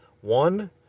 One